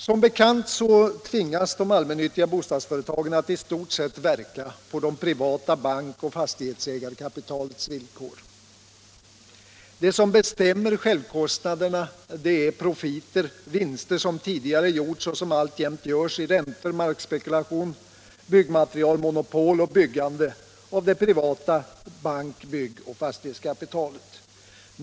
Som bekant tvingas de allmännyttiga bostadsföretagen att i stort sett verka på det privata bankoch fastighetsägarkapitalets villkor. Det som bestämmer ”självkostnader” är profiter, vinster som tidigare gjorts och alltjämt görs i räntor, markspekulation, byggmaterialmonopol och byggande av det privata bank-, byggoch fastighetskapitalet.